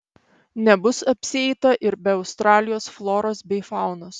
nebus apsieita ir be australijos floros bei faunos